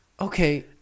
okay